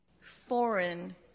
foreign